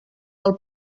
del